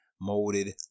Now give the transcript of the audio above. molded